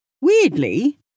Weirdly